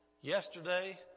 Yesterday